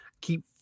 keep